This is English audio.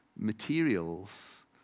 materials